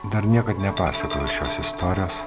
dar niekad nepasakojau šios istorijos